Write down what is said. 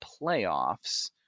playoffs